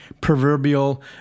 proverbial